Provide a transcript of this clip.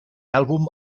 àlbum